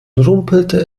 rumpelte